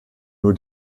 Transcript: nur